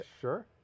Sure